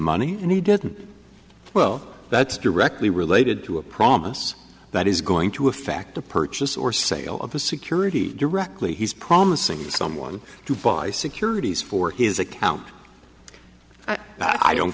money and he didn't well that's directly related to a promise that is going to effect the purchase or sale of his security directly he's promising someone to buy securities for his account i don't